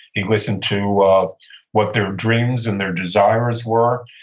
he listened to what their dreams and their desires were.